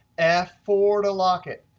f four to lock it.